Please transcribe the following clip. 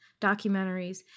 documentaries